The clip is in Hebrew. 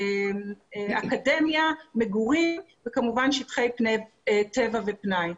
אקדמיה, מגורים וכמובן שטחי טבע ופנאי.